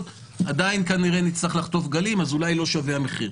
עדיין כנראה נצטרך לחטוף גלים אז אולי לא שווה המחיר.